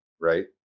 right